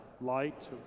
light